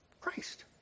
Christ